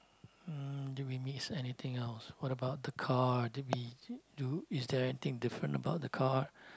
mm did we miss anything else what about the car did we do is there anything different about the car